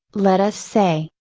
let us say,